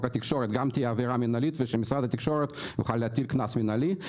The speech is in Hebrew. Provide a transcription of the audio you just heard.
התקשורת תהיה גם עבירה מנהלית ומשרד התקשורת יוכל להטיל קנס מנהלי.